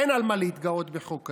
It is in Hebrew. אין מה להתגאות בחוק כזה.